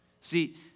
See